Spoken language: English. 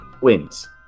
wins